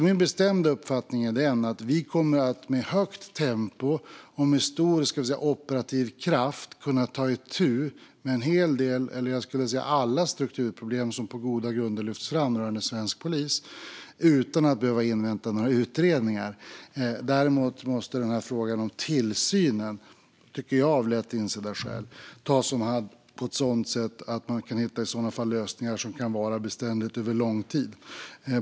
Min bestämda uppfattning är att vi med högt tempo och stor operativ kraft kommer att kunna ta itu med en hel del - jag skulle vilja säga alla - strukturproblem som på goda grunder lyfts fram när det gäller svensk polis utan att behöva invänta några utredningar. Däremot måste frågan om tillsynen, av enligt mig lätt insedda skäl, tas om hand på ett sådant sätt att man i så fall kan hitta lösningar som kan vara beständiga över lång tid.